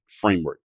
framework